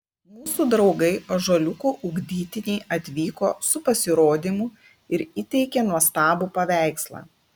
mūsų draugai ąžuoliuko ugdytiniai atvyko su pasirodymu ir įteikė nuostabų paveikslą